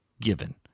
given